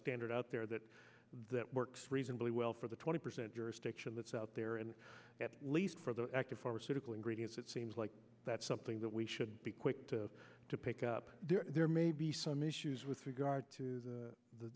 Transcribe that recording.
standard out there that that works reasonably well for the twenty percent jurisdiction that's out there and at least for the active pharmaceutical in gradients it seems like that's something that we should be quick to to pick up there may be some issues with regard to the